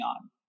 on